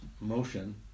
motion